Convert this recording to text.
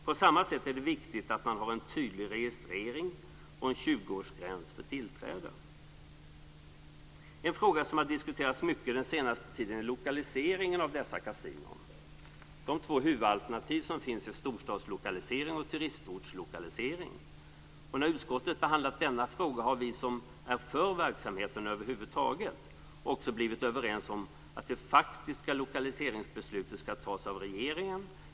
På samma sätt är det viktigt att man har en tydlig registrering och en 20-årsgräns för tillträde. En fråga som har diskuterats mycket under den senaste tiden är lokaliseringen av dessa kasinon. De två huvudalternativ som finns är storstadslokalisering och turistortslokalisering. När utskottet behandlat denna fråga har vi som är för verksamheten över huvud taget också blivit överens om att det faktiska lokaliseringsbeslutet skall tas av regeringen.